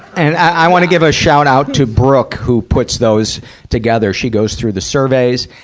and i wanna give a shout-out to brooke, who puts those together. she goes through the surveys,